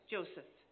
Joseph